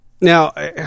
Now